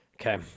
Okay